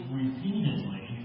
repeatedly